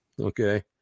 Okay